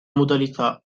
modalità